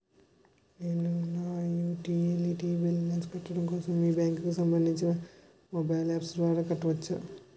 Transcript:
నేను నా utility bills కట్టడం కోసం మీ బ్యాంక్ కి సంబందించిన మొబైల్ అప్స్ ద్వారా కట్టవచ్చా?